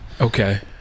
Okay